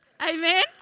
Amen